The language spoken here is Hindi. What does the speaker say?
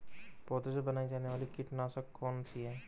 पौधों से बनाई जाने वाली कीटनाशक कौन सी है?